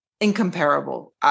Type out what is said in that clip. incomparable